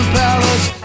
palace